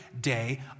day